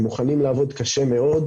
הם מוכנים לעבוד קשה מאוד,